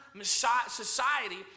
society